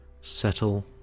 settle